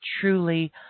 truly